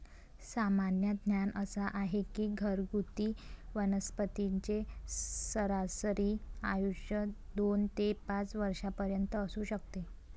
सामान्य ज्ञान असा आहे की घरगुती वनस्पतींचे सरासरी आयुष्य दोन ते पाच वर्षांपर्यंत असू शकते